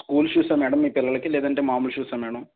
school షూసా madam మీ పిల్లలకి లేదంటే మామూలు షూసా మ్యాడం